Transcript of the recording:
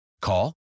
Call